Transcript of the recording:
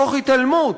תוך התעלמות,